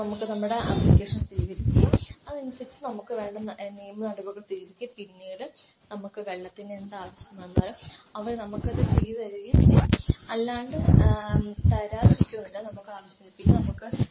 നമുക്ക് നമ്മുടെ ആപ്ലിക്കേഷൻ സ്വീകരിക്കും അതനുസരിച്ചു നമുക്ക് വേണ്ടുന്ന നിയമ നടപടികൾ സ്വീകരിക്കും പിന്നീട് നമുക്ക് വെള്ളത്തിനെന്ത് ആവശ്യം വന്നാലും അവർ നമുക്കത് ചെയ്ത് തരികയും ചെയ്യും അല്ലാണ്ട് തരാതിരിക്കുകയൊന്നുമില്ല നമുക്ക് ആവശ്യമുള്ള പിന്നെ നമുക്ക്